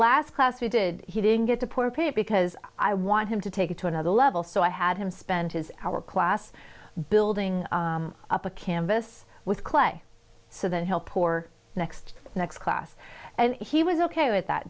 last class he did he didn't get the poor pay because i wanted him to take it to another level so i had him spend his hour class building up a canvas with clay so that help or next next class and he was ok with that